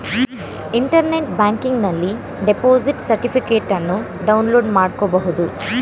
internet ಬ್ಯಾಂಕಿಂಗನಲ್ಲಿ deposit ಸರ್ಟಿಫಿಕೇಟನ್ನು download ಮಾಡ್ಕೋಬಹುದು